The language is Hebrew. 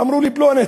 אמרו לי: פלונית.